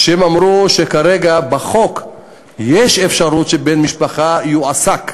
והם אמרו שכרגע בחוק יש אפשרות שבן-משפחה יועסק.